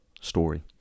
story